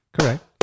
Correct